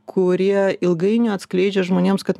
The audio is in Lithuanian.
kurie ilgainiui atskleidžia žmonėms kad